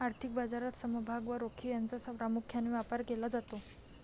आर्थिक बाजारात समभाग व रोखे यांचा प्रामुख्याने व्यापार केला जातो